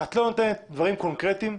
את לא נותנת דברים קונקרטיים,